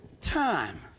time